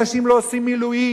אנשים לא עושים מילואים,